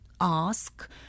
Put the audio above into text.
ask